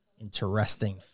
interesting